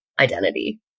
identity